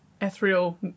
ethereal